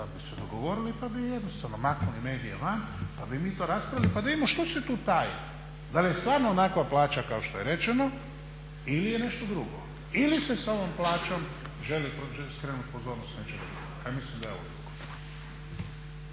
onda bi se dogovorili pa bi jednostavno maknuli medije van pa bi mi to raspravili pa da vidimo što se tu taji. Da li je stvarno onakva plaća kao što je rečeno ili je nešto drugo ili se s ovom plaćom želi skrenuti pozornost s nečeg drugog, a ja mislim da je ovo drugo.